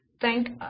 Thank